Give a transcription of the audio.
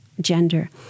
gender